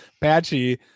patchy